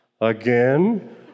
again